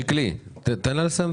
שיקלי, תן לה לסיים.